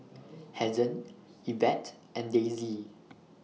Hazen Evette and Daisy